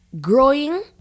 growing